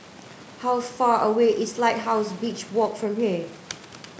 how far away is Lighthouse Beach Walk from here